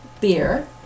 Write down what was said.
beer